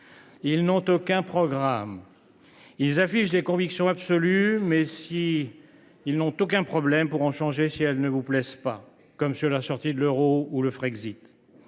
Ils n’ont aucun programme. Ils affichent des convictions absolues, mais n’ont aucun problème pour en changer si elles ne plaisent pas, comme on l’a constaté sur la sortie de l’euro ou sur le Frexit.